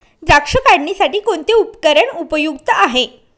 द्राक्ष काढणीसाठी कोणते उपकरण उपयुक्त आहे?